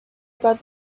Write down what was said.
about